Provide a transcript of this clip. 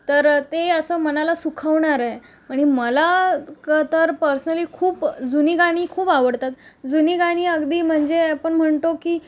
तर ते असं मनाला सुखवणारं आहे आणि मला तर क पर्सनली खूप जुनी गाणी खूप आवडतात जुनी गाणी अगदी म्हणजे आपण म्हणतो की